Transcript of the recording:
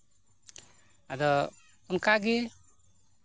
ᱟᱫᱚ ᱚᱱᱠᱟ ᱜᱮ